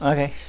Okay